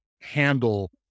handle